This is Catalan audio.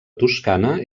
toscana